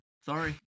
Sorry